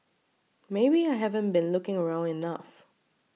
maybe I haven't been looking around enough